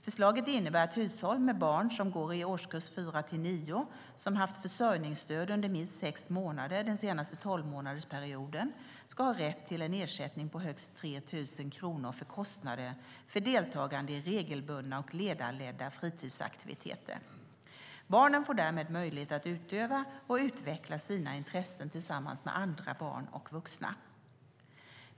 Förslaget innebär att hushåll med barn som går i årskurs 4-9 som haft försörjningsstöd under minst sex månader den senaste tolvmånadersperioden ska ha rätt till en ersättning på högst 3 000 kronor för kostnader för deltagande i regelbundna och ledarledda fritidsaktiviteter. Barnen får därmed möjlighet att utöva och utveckla sina intressen tillsammans med andra barn och vuxna.